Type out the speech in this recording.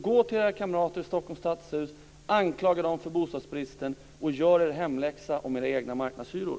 Gå till era kamrater i Stockholms stadshus, anklaga dem för bostadsbristen och gör er hemläxa om era egna marknadshyror!